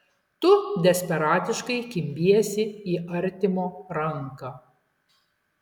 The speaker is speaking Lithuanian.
tu desperatiškai kimbiesi į artimo ranką